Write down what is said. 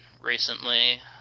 recently